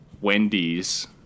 Wendy's